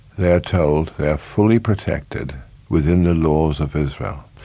they are told they're fully protected within the laws of israel.